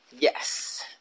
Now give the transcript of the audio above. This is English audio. Yes